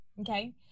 okay